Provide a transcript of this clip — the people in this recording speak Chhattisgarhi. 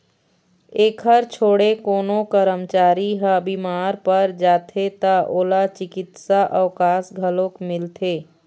एखर छोड़े कोनो करमचारी ह बिमार पर जाथे त ओला चिकित्सा अवकास घलोक मिलथे